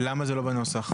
למה זה לא בנוסח?